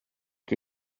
que